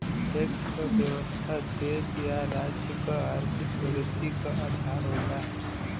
tax क व्यवस्था देश या राज्य क आर्थिक प्रगति क आधार होला